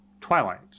Twilight